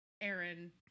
Aaron